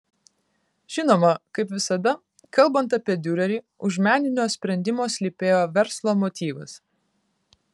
žinoma kaip visada kalbant apie diurerį už meninio sprendimo slypėjo verslo motyvas